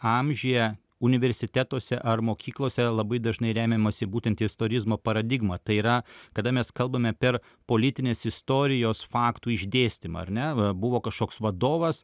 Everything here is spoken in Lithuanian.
amžiuje universitetuose ar mokyklose labai dažnai remiamasi būtent istorizmo paradigmą tai yra kada mes kalbame per politinės istorijos faktų išdėstymą ar ne va buvo kažkoks vadovas